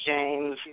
James